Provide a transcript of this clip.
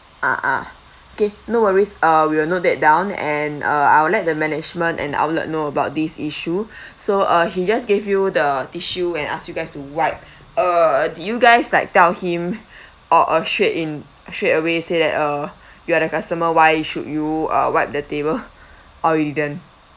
ah ah okay no worries uh we will note that down and uh I would let the management and outlet know about this issue so uh he just gave you the tissue and ask you guys to wipe uh did you guys like tell him or uh straight in straightaway say that uh you are the customer why should you uh wipe the table oh you didn't